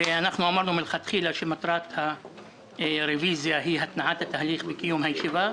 ואנחנו אמרנו מלכתחילה שמטרת הרוויזיה היא התנעת התהליך וקיום הישיבה,